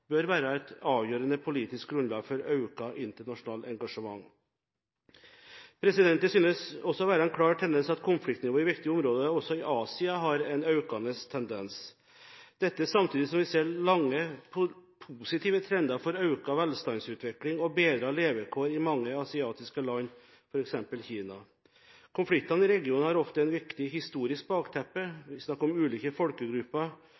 bør være et avgjørende politisk grunnlag for økt internasjonalt engasjement. Det synes å være en klar tendens at konfliktnivået i viktige områder også i Asia har en økende tendens. Dette skjer samtidig som vi ser lange, positive trender for økt velstandsutvikling og bedrede levekår i mange asiatiske land, f.eks. Kina. Konfliktene i regionene har ofte et historisk bakteppe. Ulike folkegrupper,